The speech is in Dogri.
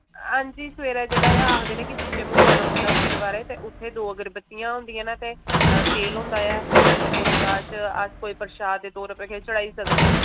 हां जी सबेरे जेहड़ा ऐ आखदे ने कि सुच्चे मूंह जाना पौंदा ऐ बीरबारें ते उत्थै दो घरगतियां होंदिया न ते तेल होंदा ऐ ओह्दे बाद च अस कोई प्रसाद दे तौर उप्पर किश चढ़ाई सकने आं